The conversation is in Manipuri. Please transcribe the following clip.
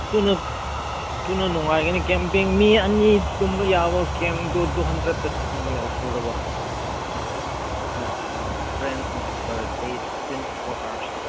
ꯑꯗꯨꯅ ꯑꯗꯨꯅ ꯅꯨꯡꯉꯥꯏꯒꯅꯤ ꯀꯦꯝꯄꯤꯡ ꯃꯤ ꯑꯅꯤ ꯇꯨꯝꯕ ꯌꯥꯕ ꯀꯦꯝꯗꯨ ꯇꯨ ꯍꯟꯗ꯭ꯔꯦꯠꯇꯁꯨ ꯐꯪꯕꯅꯦ ꯎꯈ꯭ꯔꯨꯜꯗꯀꯣ ꯍꯣꯏ friend per day twenty four ꯑꯋꯥꯔꯁꯗꯣ